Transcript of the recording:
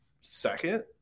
second